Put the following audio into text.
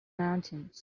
mountains